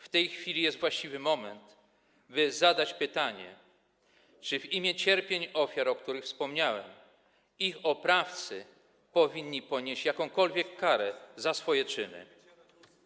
W tej chwili jest właściwy moment, by zadać pytanie, czy w imię cierpień ofiar, o których wspomniałem, ich oprawcy powinni ponieść jakąkolwiek karę za swoje czyny.